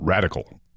Radical